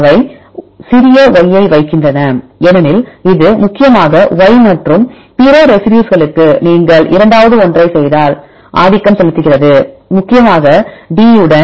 அவை சிறிய y ஐ வைக்கின்றன ஏனெனில் இது முக்கியமாக y மற்றும் பிற ரெசிடியூஸ்களுக்கு நீங்கள் இரண்டாவது ஒன்றைச் செய்தால் ஆதிக்கம் செலுத்துகிறது முக்கியமாக D உடன்